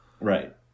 Right